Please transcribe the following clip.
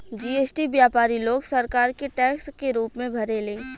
GST व्यापारी लोग सरकार के टैक्स के रूप में भरेले